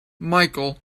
micheal